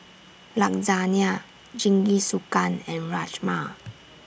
Lasagna Jingisukan and Rajma